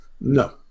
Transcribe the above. No